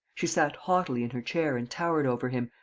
she sat haughtily in her chair and towered over him,